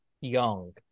Young